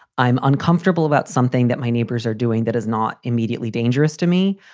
i'm uncomfortable about something that my neighbors are doing that is not immediately dangerous to me.